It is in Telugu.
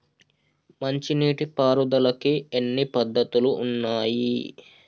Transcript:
మంచి నీటి పారుదలకి ఎన్ని పద్దతులు ఉన్నాయి?